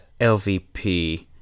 LVP